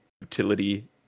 utility